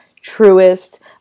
truest